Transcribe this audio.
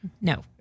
No